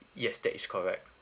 yes that is correct